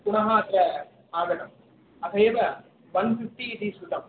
पुनः अत्र आगतम् अथैव वन् फ़िफ़्टि इति श्रुतं